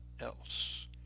else